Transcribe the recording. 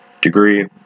degree